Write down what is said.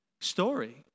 story